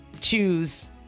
choose